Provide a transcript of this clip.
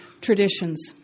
traditions